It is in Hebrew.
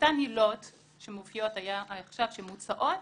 שאותן עילות שמופיעות עכשיו ומוצעות,